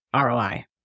ROI